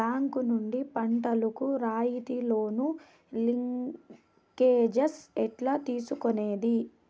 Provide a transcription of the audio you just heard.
Bank నుండి పంటలు కు రాయితీ లోను, లింకేజస్ ఎట్లా తీసుకొనేది?